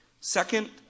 Second